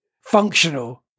functional